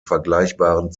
vergleichbaren